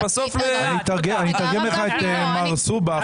ובסוף לא יהיה ------ אני אתרגם לך את מר סובה,